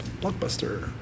Blockbuster